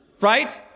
Right